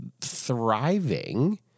thriving